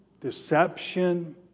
deception